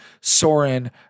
Soren